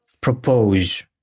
propose